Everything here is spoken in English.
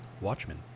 Watchmen